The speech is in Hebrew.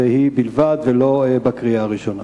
והיא בלבד, ולא בקריאה הראשונה.